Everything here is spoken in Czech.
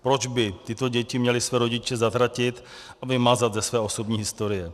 Proč by tyto děti měly své rodiče zatratit a vymazat ze své osobní historie?